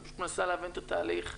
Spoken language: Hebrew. אני פשוט מנסה להבין את התהליך.